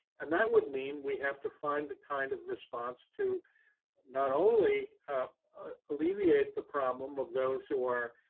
and that would mean we have to find the kind of response to not only alleviate the problem of those who are